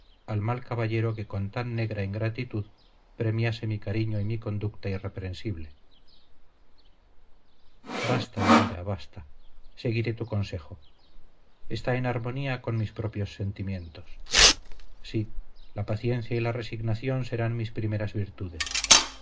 al mal caballero que con tan negra ingratitud premiase mi cariño y mi conducta irreprensible basta elvira basta seguiré tu consejo está en armonía con mis propios sentimientos sí la paciencia y la resignación serán mis primeras virtudes